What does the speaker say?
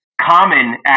Common